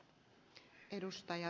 arvoisa puhemies